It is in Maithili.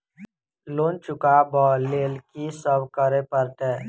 लोन चुका ब लैल की सब करऽ पड़तै?